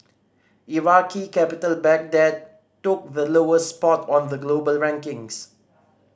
Iraqi capital Baghdad took the lowest spot on the global rankings